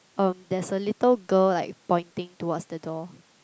um there's a little girl like pointing towards the door